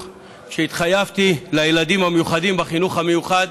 כשהתחייבתי לילדים המיוחדים בחינוך המיוחד